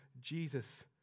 Jesus